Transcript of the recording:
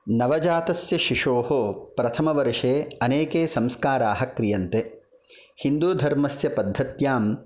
नवजातस्य शिशोः प्रथमवर्षे अनेके संस्काराः क्रियन्ते हिन्दुधर्मस्य पद्धत्यां